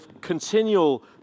continual